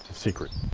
secret.